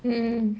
mmhmm